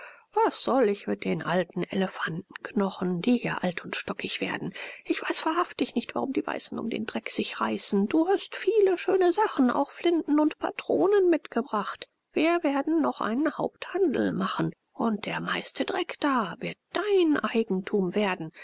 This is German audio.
was soll ich mit den alten elefantenknochen die hier alt und stockig werden ich weiß wahrhaftig nicht warum die weißen um den dreck sich reißen du hast viele schöne sachen auch flinten und patronen mitgebracht wir werden noch einen haupthandel machen und der meiste dreck da wird dein eigentum werden